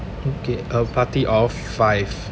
okay a party of five